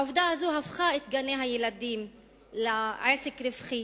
העובדה הזאת הפכה את גני-הילדים לעסק רווחי